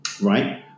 right